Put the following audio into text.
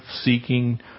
seeking